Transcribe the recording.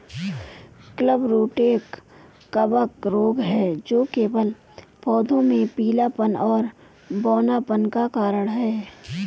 clubroot एक कवक रोग है जो केवल पौधों में पीलापन और बौनापन का कारण है